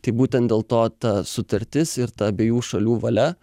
tai būtent dėl to ta sutartis ir ta abiejų šalių valia